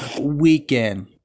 weekend